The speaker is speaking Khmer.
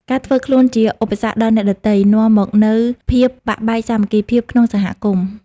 ការធ្វើខ្លួនជាឧបសគ្គដល់អ្នកដទៃ នាំមកនូវភាពបាក់បែកសាមគ្គីភាពក្នុងសហគមន៍។